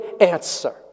answer